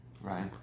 Right